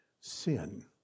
sin